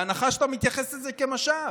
בהנחה שאתה מתייחס לזה כמשאב?